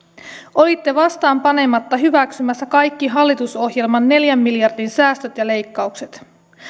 olitte vastaan panematta hyväksymässä kaikki hallitusohjelman neljän miljardin säästöt ja leikkaukset